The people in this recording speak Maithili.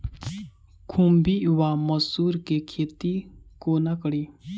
खुम्भी वा मसरू केँ खेती कोना कड़ी?